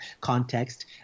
context